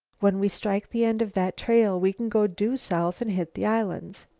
when we strike the end of that trail we can go due south and hit the islands.